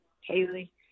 Haley